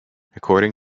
according